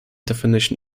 definition